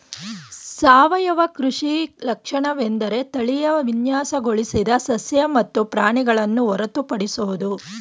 ಸಾವಯವ ಕೃಷಿ ಲಕ್ಷಣವೆಂದರೆ ತಳೀಯವಾಗಿ ವಿನ್ಯಾಸಗೊಳಿಸಿದ ಸಸ್ಯ ಮತ್ತು ಪ್ರಾಣಿಗಳನ್ನು ಹೊರತುಪಡಿಸೋದು